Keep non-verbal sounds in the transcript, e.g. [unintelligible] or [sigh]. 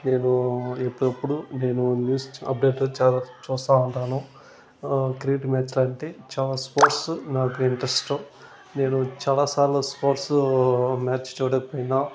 నేను ఎప్పుడప్పుడు నేను న్యూస్ అప్డేటెడ్ చాలా చూస్తా ఉంటాను [unintelligible] మ్యాచ్ లాంటి చాలా స్పోర్ట్స్ నాకు ఇంట్రెస్ట్ నేను చాలా సార్లు స్పోర్ట్స్ మ్యాచ్ చూడకపోయినా